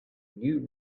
new